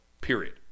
period